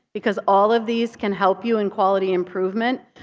because all of these can help you in quality improvement.